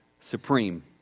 supreme